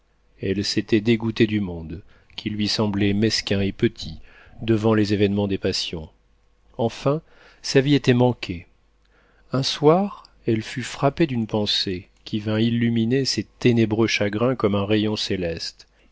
elle s'était dégoûtée du monde qui lui semblait mesquin et petit devant les événements des passions enfin sa vie était manquée un soir elle fut frappée d'une pensée qui vint illuminer ses ténébreux chagrins comme un rayon céleste